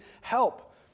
help